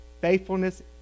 Faithfulness